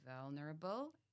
vulnerable